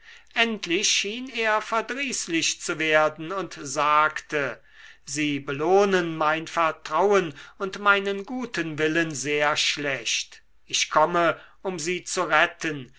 endlich schien er verdrießlich zu werden und sagte sie belohnen mein vertrauen und meinen guten willen sehr schlecht ich komme um sie zu retten